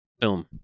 film